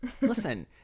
Listen